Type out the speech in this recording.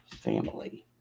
Family